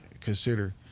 consider